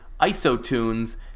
IsoTunes